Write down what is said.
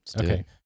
okay